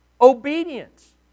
Obedience